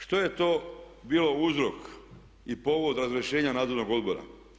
Što je to bilo uzrok i povod razrješenja Nadzornog odbora?